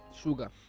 Sugar